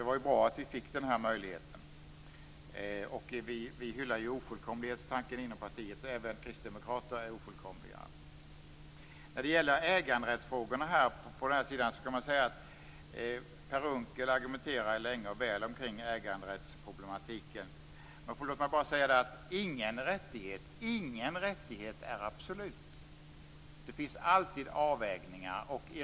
Det var bra att möjligheten gavs. Vi hyllar ju ofullkomlighetstanken i partiet - även kristdemokrater är ofullkomliga. Per Unckel argumenterar länge och väl om problemen kring äganderätten. Ingen rättighet är absolut. Det finns alltid avvägningar.